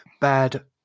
bad